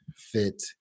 fit